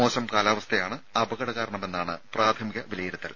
മോശം കാലാവസ്ഥയാണ് അപകട കാരണമെന്നാണ് പ്രാഥമിക വിലയിരുത്തൽ